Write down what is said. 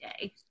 day